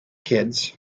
kids